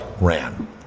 Ran